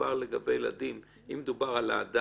שמדובר לגבי ילדים, אם מדובר על אדם,